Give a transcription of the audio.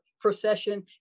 procession